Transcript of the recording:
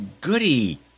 goody